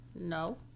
No